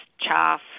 chaff